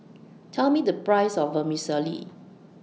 Tell Me The Price of Vermicelli